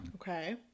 okay